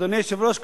אדוני היושב-ראש,